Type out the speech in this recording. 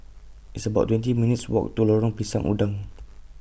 It's about twenty minutes' Walk to Lorong Pisang Udang